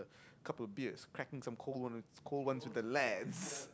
couple beers cracking some cold ones cold ones with the lads